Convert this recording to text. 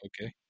Okay